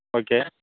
okay